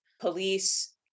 police